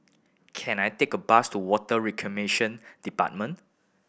can I take a bus to Water Reclamation Department